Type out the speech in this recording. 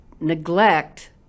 neglect